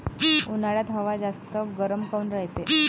उन्हाळ्यात हवा जास्त गरम काऊन रायते?